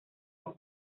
man